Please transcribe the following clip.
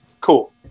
cool